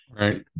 Right